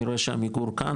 אני רואה שעמיגור כאן,